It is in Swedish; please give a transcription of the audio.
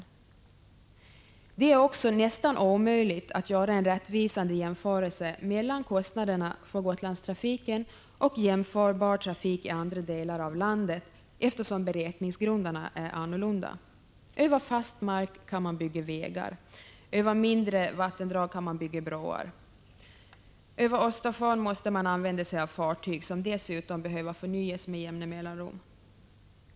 Vidare är det nästan omöjligt att göra en rättvisande jämförelse mellan kostnaderna för Gotlandstrafiken och jämförbar trafik i andra delar av landet, eftersom beräkningsgrunderna är annorlunda. Över fast mark kan man bygga vägar. Över mindre vattendrag kan man bygga broar. När det gäller trafiken över Östersjön måste man använda sig av fartyg, vilka behöver förnyas med jämna mellanrum.